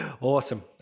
Awesome